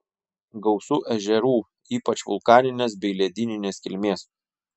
gausu ežerų ypač vulkaninės bei ledyninės kilmės